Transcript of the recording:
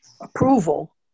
approval